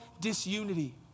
disunity